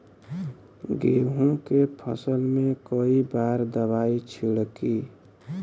गेहूँ के फसल मे कई बार दवाई छिड़की?